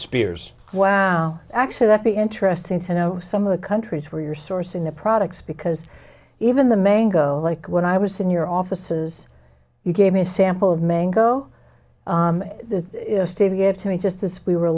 spears wow actually that be interesting to know some of the countries where you're sourcing their products because even the main go like when i was in your offices you gave me a sample of mango steve gave to me just this we were